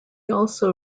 also